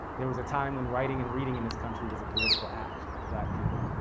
there was a time when writing and reading in this country was a political act for black people,